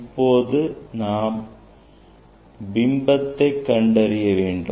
இப்போது நாம் பிம்பத்தை கண்டறிய வேண்டும்